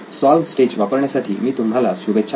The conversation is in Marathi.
सॉल्व्ह स्टेज वापरण्यासाठी मी तुम्हाला शुभेच्छा देतो